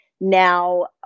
now